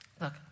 Look